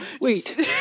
wait